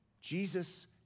Jesus